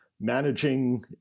managing